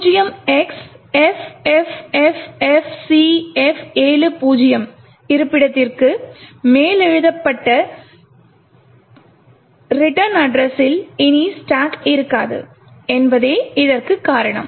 0xffffcf70 இருப்பிடத்திற்கு மேலெழுதப்பட்ட திரும்ப முகவரியில் இனி ஸ்டாக் இருக்காது என்பதே இதற்கு காரணம்